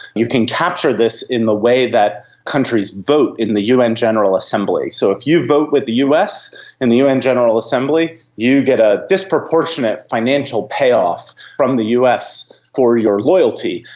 you can capture this in the way that countries vote in the un general assembly. so if you vote with the us in the un general assembly, do get a disproportionate financial payoff from the us for your loyalty.